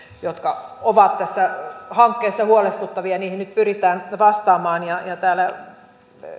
jotka ovat tässä hankkeessa huolestuttavia ja niihin nyt pyritään vastaamaan täällä